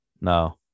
No